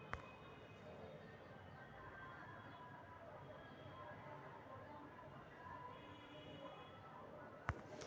राहुल पूछलकई कि प्रधानमंत्री किसान सम्मान निधि योजना के सूची में नाम कईसे जोरल जाई छई